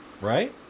Right